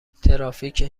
ترافیک